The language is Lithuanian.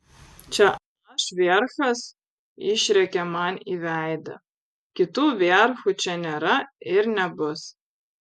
čia aš vierchas išrėkė man į veidą kitų vierchų čia nėra ir nebus